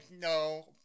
No